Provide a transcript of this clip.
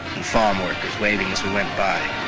and farm workers waving as we went by.